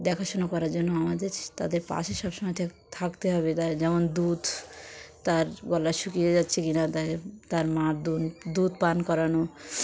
দেখাশোনা করার জন্য আমাদের তাদের পাশে সবসময় থাকতে হবে তাই যেমন দুধ তার গলা শুকিয়ে যাচ্ছে কি না তাই তার মার দুন দুধ পান করানো